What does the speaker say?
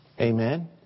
Amen